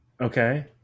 Okay